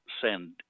send